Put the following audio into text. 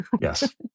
Yes